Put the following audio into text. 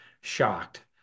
shocked